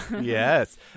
Yes